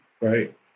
right